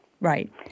Right